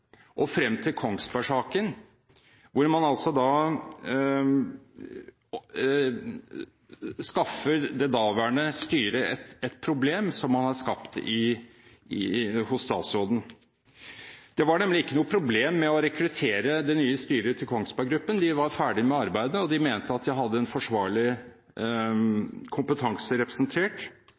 og frem til Kongsberg-saken, hvor man skaffet det daværende styret et problem skapt hos statsråden. Det var nemlig ikke noe problem å rekruttere det nye styret til Kongsberg Gruppen. De var ferdig med arbeidet og mente at en forsvarlig kompetanse var representert